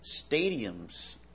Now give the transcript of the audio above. stadiums